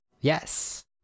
yes